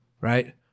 right